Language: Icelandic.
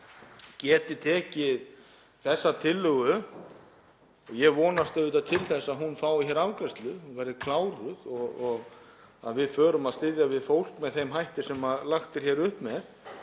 að yfirfæra á þessa tillögu. Ég vonast auðvitað til þess að hún fái hér afgreiðslu, verði kláruð og að við förum að styðja við fólk með þeim hætti sem lagt er upp með.